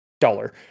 dollar